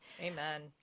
Amen